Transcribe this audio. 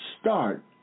Start